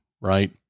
Right